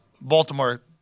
Baltimore